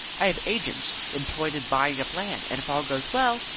i have agents employed in buying up land, and if all goes well,